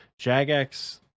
jagex